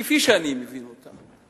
כפי שאני מבין אותה,